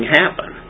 happen